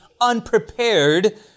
unprepared